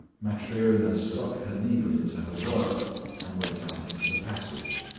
matryona stuck her needle into her work and went out into the passage.